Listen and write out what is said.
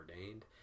ordained